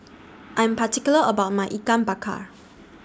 I Am particular about My Ikan Bakar